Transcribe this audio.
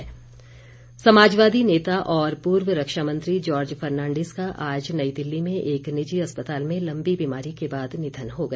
निधन समाजवादी नेता और पूर्व रक्षा मंत्री जार्ज फर्नांडिस का आज नई दिल्ली में एक निजी अस्पताल में लंबी बीमारी के बाद निधन हो गया